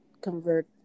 convert